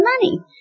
money